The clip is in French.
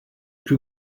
plus